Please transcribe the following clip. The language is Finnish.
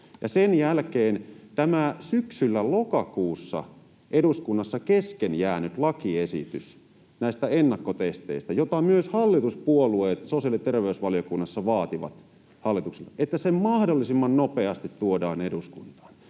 sen jälkeen tämä syksyllä, lokakuussa, eduskunnassa kesken jäänyt lakiesitys näistä ennakkotesteistä, joita myös hallituspuolueet sosiaali- ja terveysvaliokunnassa vaativat hallitukselta, mahdollisimman nopeasti tuodaan eduskuntaan?